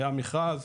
היה מכרז,